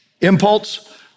impulse